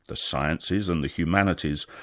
the sciences and the humanities,